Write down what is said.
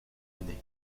année